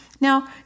Now